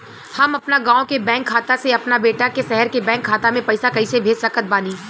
हम अपना गाँव के बैंक खाता से अपना बेटा के शहर के बैंक खाता मे पैसा कैसे भेज सकत बानी?